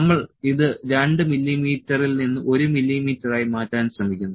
നമ്മൾ ഇത് 2 മില്ലീമീറ്ററിൽ നിന്ന് 1 മില്ലീമീറ്ററായി മാറ്റാൻ ശ്രമിക്കുന്നു